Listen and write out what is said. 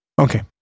okay